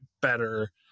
better